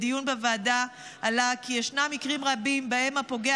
בדיון בוועדה עלה כי ישנם מקרים רבים שבהם הפוגע